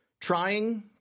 trying